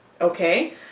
okay